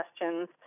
questions